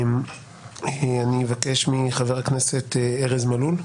אני אבקש מחבר הכנסת ארז מלול.